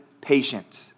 patient